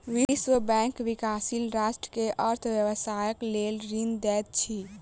विश्व बैंक विकाशील राष्ट्र के अर्थ व्यवस्थाक लेल ऋण दैत अछि